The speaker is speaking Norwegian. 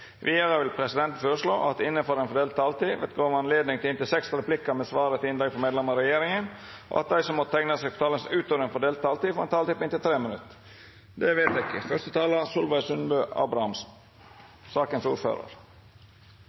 Vidare vil presidenten føreslå at det – innanfor den fordelte taletida – vert gjeve anledning til inntil seks replikkar med svar etter innlegg frå medlemer av regjeringa, og at dei som måtte teikna seg på talarlista utover den fordelte taletida, får ei taletid på inntil 3 minutt. – Det er vedteke.